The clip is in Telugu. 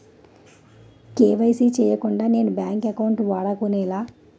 కే.వై.సీ చేయకుండా నేను బ్యాంక్ అకౌంట్ వాడుకొలేన?